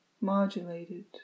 modulated